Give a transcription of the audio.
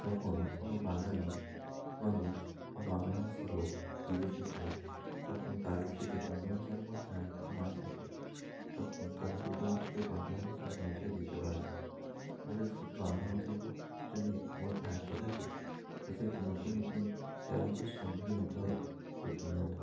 যখন কোনো বাঙালি মানুষ বা বাংলাভাষী লোক বিদেশে যায় তখন তাদের যদি অন্য ভাষার মধ্যে আয়ত্ত না থাকে তখন তারা শুধুমাত্রই বাংলা ভাষার ভরসায় যেতে পারে না তাদের শুধু বাংলা ভাষার ম যদি মধ্যে আয়ত্ত থাকে তো সে নতুন নতুন চ্যালেঞ্জের সম্মুখীন হতে হয় প্রতিনিয়ত